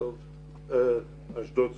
אשדוד סגורה.